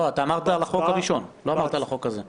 לא, אתה אמרת על החוק הראשון, לא על החוק הזה.